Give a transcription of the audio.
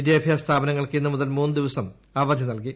വിദ്യാഭ്യാസ സ്ഥാപനങ്ങൾക്ക് ഇന്ന് മുതൽ മൂന്ന് ദിവസം അവധി നൽകി